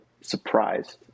surprised